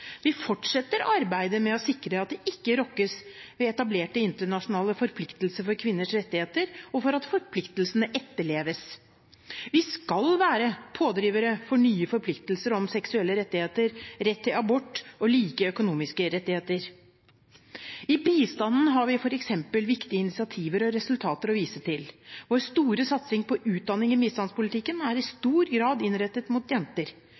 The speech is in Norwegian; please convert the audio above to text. Vi fortsetter arbeidet med å sikre at det ikke rokkes ved etablerte internasjonale forpliktelser for kvinners rettigheter, og for at forpliktelsene etterleves. Vi skal være pådrivere for nye forpliktelser om seksuelle rettigheter, rett til abort og like økonomiske rettigheter. I bistanden har vi f.eks. viktige initiativer og resultater å vise til. Vår store satsing på utdanning i bistandspolitikken er i stor grad innrettet mot jenter.